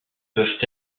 peuvent